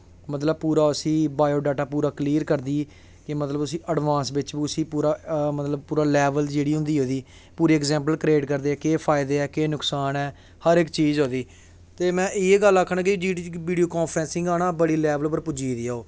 मतलव पूरा उसी बायोडाटा पूरा कलेयर करदी के मतलव कि अड़बांस बिच्च बी उसी पूरा लैवल जेह्ड़ी होंदी ओह्दी पूरी अगजैंपल क्रियेट करदे ऐ केह् फायदे ऐ केह् ऐ हर इक चीज़ ऐ ओह्दी ते में इयै गल्ल आखाना में कि जेह्ड़ी वीडियो कांफ्रैंसिंग ऐ ओह् बड़े लैवल पर पुज्जी गेदी ओह्